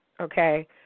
Okay